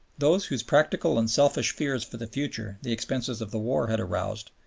those whose practical and selfish fears for the future the expenses of the war had aroused,